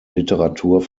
literatur